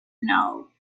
know